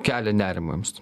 kelia nerimą jums